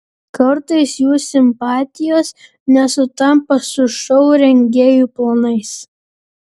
kartais jų simpatijos nesutampa su šou rengėjų planais